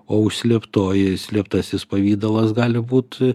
o užslėptoji slėptasis pavidalas gali būt